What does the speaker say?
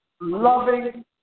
loving